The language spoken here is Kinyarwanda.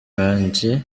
banje